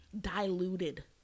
Diluted